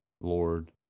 lord